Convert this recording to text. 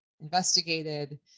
investigated